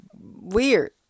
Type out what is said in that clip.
weird